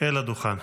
אל הדוכן.